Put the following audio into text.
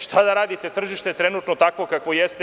Šta da radite, tržište je trenutno takvo kakvo jeste.